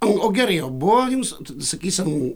o o gerai o buvo jums sakysim